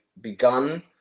begun